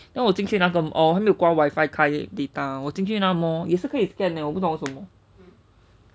then 我进去那个 oh 我还没有关 wifi 开 data 我进去那个 mall 也是可以 scan leh 我不懂为什么